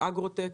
אגרו-טק